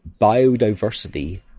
biodiversity